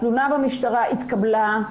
התלונה במשטרה התקבלה,